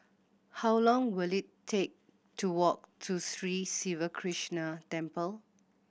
how long will it take to walk to Sri Siva Krishna Temple